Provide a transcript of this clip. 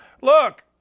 Look